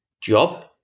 job